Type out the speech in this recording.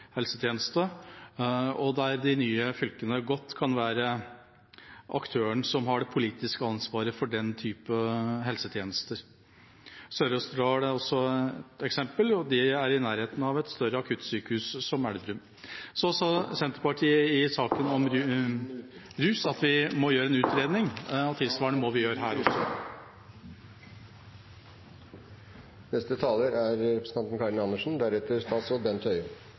helsetjeneste, der de nye fylkene godt kan være aktøren som har det politiske ansvaret for den type helsetjenester. Sør-Østerdal er også et eksempel, og det er i nærheten av et større akuttsykehus, som Elverum. Så til Senterpartiet i saken om rus, at vi må gjøre en utredning … Da er tiden ute. SV kommer til å støtte de fleste av forslagene som er